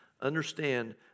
Understand